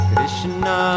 Krishna